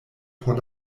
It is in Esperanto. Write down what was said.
por